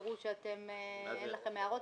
תראו שאין לכם הערות,